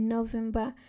November